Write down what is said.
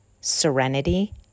Serenity